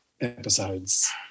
episodes